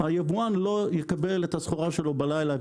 היבואן לא יקבל את הסחורה שלו בלילה.